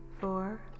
four